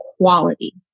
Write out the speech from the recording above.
quality